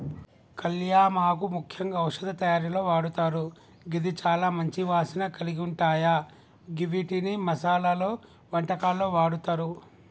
కళ్యామాకు ముఖ్యంగా ఔషధ తయారీలో వాడతారు గిది చాల మంచి వాసన కలిగుంటాయ గివ్విటిని మసాలలో, వంటకాల్లో వాడతారు